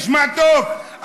נשמע טוב,